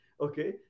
okay